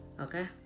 Okay